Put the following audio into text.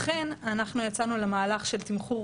לכן, אנחנו יצאנו למהלך של תמחור